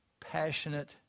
passionate